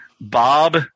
Bob